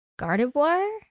Gardevoir